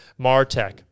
MarTech